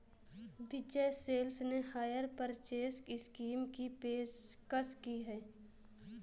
विजय sales ने hire purchase scheme की पेशकश की हैं